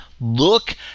Look